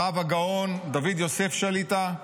הרב הגאון דוד יוסף שליט"א,